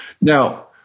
Now